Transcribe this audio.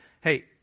hey